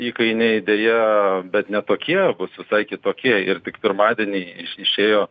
įkainiai deja bet ne tokie bus visai kitokie ir tik pirmadienį iš išėjo